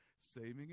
saving